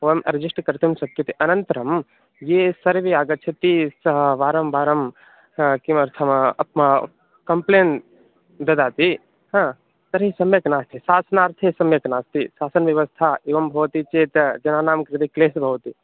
वयम् अरिजेश्ट् कर्तुं शक्यते अनन्तरं ये सर्वे आगच्छन्ति स वारं वारं किमर्थं अस्म कम्प्लेण् ददाति हा तर्हि सम्यक् नास्ति शासनार्थी सम्यक् नास्ति शासनव्यवस्था एवं भवति चेत् जनानां कृते क्लेशः भवति